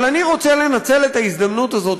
אבל אני רוצה לנצל את ההזדמנות הזאת,